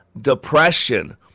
depression